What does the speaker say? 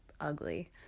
ugly